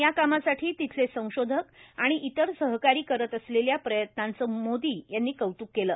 याकामासाठी तिथले संशोधक आणि इतर सहकारी करत असलेल्या प्रयत्नाचं मोदी यांनी कौतुक केलं